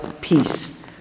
peace